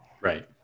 Right